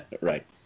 Right